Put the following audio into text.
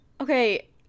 Okay